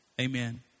Amen